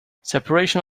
separation